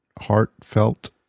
heartfelt